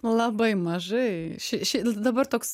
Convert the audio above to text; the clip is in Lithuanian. labai mažai ši šį dabar toks